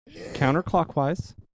Counterclockwise